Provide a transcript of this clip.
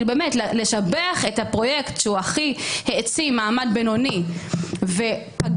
לשבח את הפרויקט שהכי העצים את המעמד הבינוני ופגע